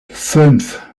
fünf